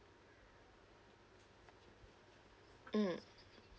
mm